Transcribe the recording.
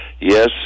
yes